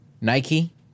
Nike